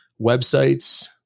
websites